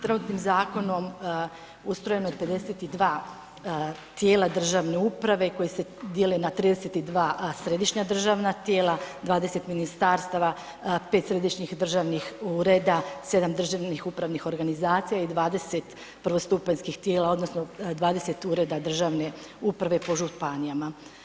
Trenutnim zakonom ustrojeno je 52 tijela državne uprave koji se dijele na 32 središnja državna tijela, 20 ministarstava, 5 središnjih državnih ureda, 7 državnih upravnih organizacija i 20 prvostupanjskih tijela odnosno 20 ureda državne uprave po županijama.